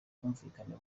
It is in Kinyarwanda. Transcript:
ubwumvikane